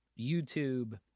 YouTube